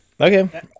Okay